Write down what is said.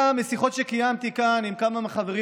גם משיחות שקיימתי כאן עם כמה חברים